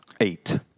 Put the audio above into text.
eight